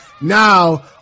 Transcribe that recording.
now